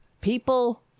People